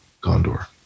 Condor